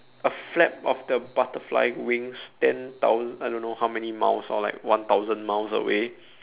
a flap of the butterfly wings ten thousa~ I don't know how many miles or like one thousand miles away